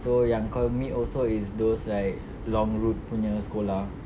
so yang kau meet also is those like long route punya sekolah